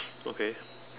okay